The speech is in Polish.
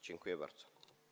Dziękuję bardzo.